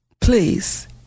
please